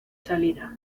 salida